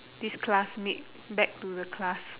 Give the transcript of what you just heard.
this classmate back to the class